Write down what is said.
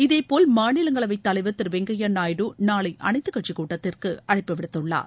இதேபோல் மாநிலங்களவைத் தலைவர் திரு வெங்கையா நாயுடு நாளை அனைத்துகட்சி கூட்டத்திற்கு அழைப்பு விடுத்துள்ளார்